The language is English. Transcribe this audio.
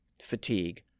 fatigue